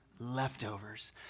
leftovers